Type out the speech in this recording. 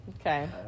Okay